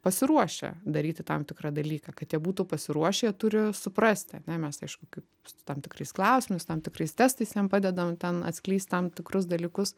pasiruošę daryti tam tikrą dalyką kad jie būtų pasiruošę jie turi suprasti ane mes aišku kaip su tam tikrais klausimais tam tikrais testais jiem padedam ten atskleist tam tikrus dalykus